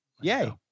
yay